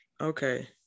okay